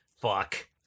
fuck